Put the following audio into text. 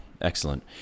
excellent